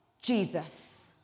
Jesus